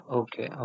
okay